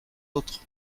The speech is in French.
autres